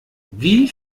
wie